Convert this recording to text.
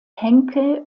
henkel